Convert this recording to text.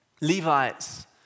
Levites